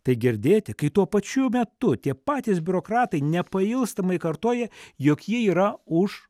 tai girdėti kai tuo pačiu metu tie patys biurokratai nepailstamai kartoja juk jie yra už